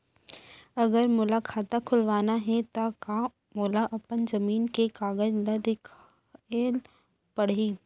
अगर मोला खाता खुलवाना हे त का मोला अपन जमीन के कागज ला दिखएल पढही?